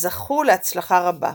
זכו להצלחה רבה,